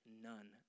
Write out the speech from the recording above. none